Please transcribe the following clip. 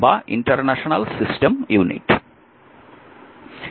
একেই আমরা সংক্ষেপে SI ইউনিট বলি